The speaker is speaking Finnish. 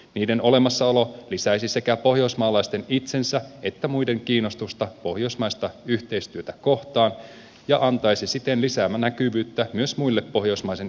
niiden olemassaolo lisäisi sekä pohjoismaalaisten itsensä että muiden kiinnostusta pohjoismaista yhteistyötä kohtaan ja antaisi siten lisää näkyvyyttä myös muille pohjoismaisen yhteistyön muodoille